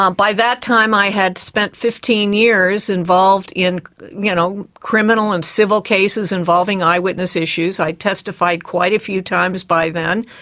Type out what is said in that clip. um by that time i had spent fifteen years involved in you know criminal and civil cases involving eyewitness issues. i'd testified quite a few times by then.